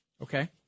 Okay